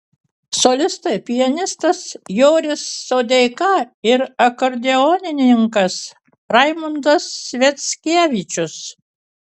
solistai pianistas joris sodeika ir akordeonininkas raimundas sviackevičius